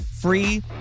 free